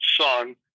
son